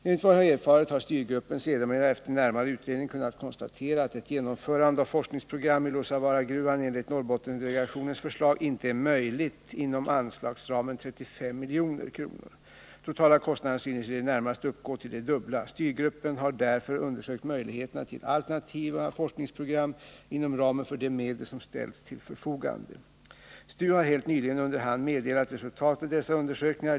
Enligt vad jag har erfarit har styrgruppen sedermera efter närmare utredning kunnat konstatera att ett genomförande av forskningsprogram i Luossavaaragruvan enligt Norrbottendelegationens förslag inte är möjligt inom anslagsramen 35 milj.kr. Totala kostnaden synes i det närmaste uppgå till det dubbla. Styrgruppen har därför undersökt möjligheterna till alternativa forskningsprogram inom ramen för de medel som ställts till förfogande. STU har helt nyligen under hand meddelat resultatet av dessa undersökningar.